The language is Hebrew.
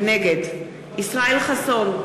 נגד ישראל חסון,